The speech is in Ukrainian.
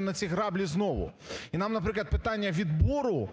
на ці граблі знову. І нам, наприклад, питання відбору